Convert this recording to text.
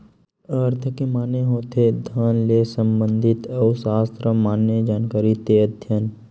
अर्थ के माने होथे धन ले संबंधित अउ सास्त्र माने जानकारी ते अध्ययन